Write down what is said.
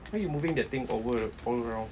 why you moving that thing over all around